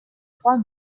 trois